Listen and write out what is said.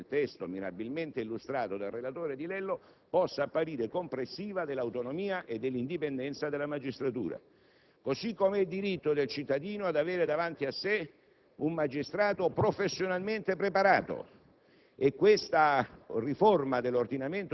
dire quale norma sull'ordinamento giudiziario, nel testo mirabilmente illustrato dal relatore Di Lello, possa apparire compressiva dell'autonomia e dell'indipendenza della magistratura. Così come è diritto del cittadino avere dinanzi a sé un magistrato professionalmente preparato: